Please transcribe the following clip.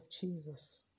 Jesus